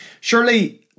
Surely